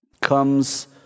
comes